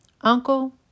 Uncle